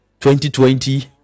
2020